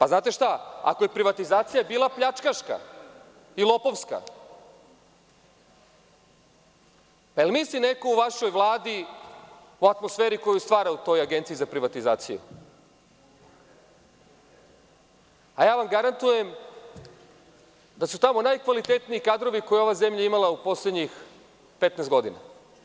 Ako je privatizacija bila pljačkaška ili lopovska, da li misli neko u vašoj Vladi, u atmosferi koju stvara u toj Agenciji za privatizaciju, a ja vam garantujem da su tamo najkvalitetniji kadrovi koje je ova zemlja imala u poslednjih 15 godina.